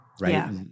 right